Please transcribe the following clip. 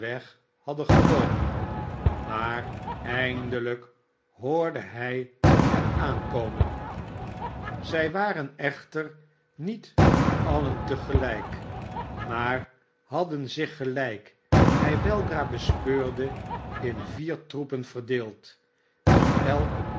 hadden genomen maar emdelrjk hoorde hij hen aankomen m i i zij kwamen echter niet alien te gelijk maar hadden zich gelijk hij weldra bespeurde in vier troepen verdeeld die